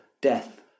death